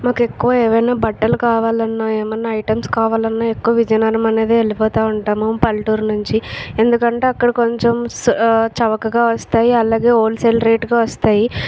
మాకు ఎక్కువ ఏవైనా బట్టలు కావాలన్నా ఏమన్నా ఐటమ్స్ కావాలన్నా ఎక్కువ విజయనగరం అనేది వెళ్ళిపోతూ ఉంటాము పల్లెటూరు నుంచి ఎందుకంటే అక్కడ కొంచెం చవకగా వస్తాయి అలాగే హోల్ సేల్ రేట్ కే వస్తాయి